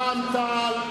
רע"ם-תע"ל,